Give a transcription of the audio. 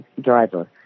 driver